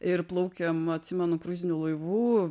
ir plaukėm atsimenu kruiziniu laivu